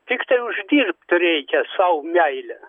tiktai uždirbt reikia sau meilę